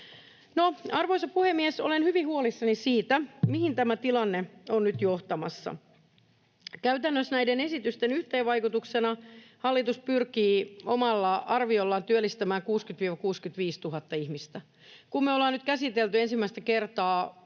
Arvoisa puhemies! Olen hyvin huolissani siitä, mihin tämä tilanne on nyt johtamassa. Käytännössä näiden esitysten yhteisvaikutuksena hallitus pyrkii omalla arviollaan työllistämään 60 000—65 000 ihmistä. Kun me ollaan nyt käsitelty ensimmäistä kertaa